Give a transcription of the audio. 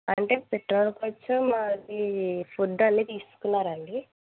అంటే పెట్రోల్ ఖర్చు మళ్లీ ఫుడ్ అన్నీ తీసుకున్నారా అండి